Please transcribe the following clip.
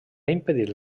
impedir